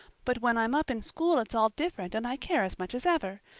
but when i'm up in school it's all different and i care as much as ever.